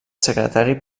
secretari